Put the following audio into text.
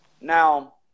Now